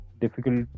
difficult